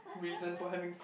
reason for having fat